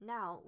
Now